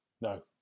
No